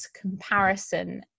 comparison